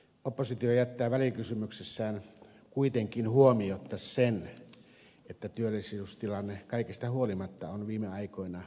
oppositio jättää välikysymyksessään kuitenkin huomiotta sen että työllisyystilanne kaikesta huolimatta on viime aikoina parantunut